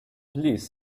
please